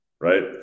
Right